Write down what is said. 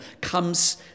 comes